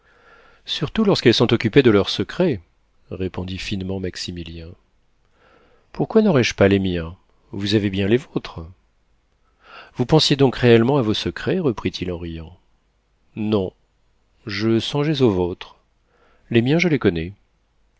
surtout lorsqu'elles sont occupées de leurs secrets répondit finement maximilien pourquoi n'aurais-je pas les miens vous avez bien les vôtres vous pensiez donc réellement à vos secrets reprit-il en riant non je songeais aux vôtres les miens je les connais